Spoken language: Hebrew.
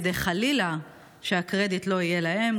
כדי שחלילה הקרדיט לא יהיה להם,